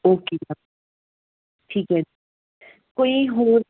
okay ਠੀਕ ਹੈ ਕੋਈ ਹੋਰ